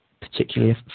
particularly